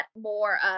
more